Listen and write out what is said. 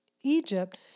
Egypt